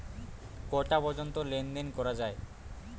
কটা পর্যন্ত লেন দেন করা য়ায়?